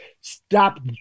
Stop